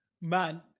Man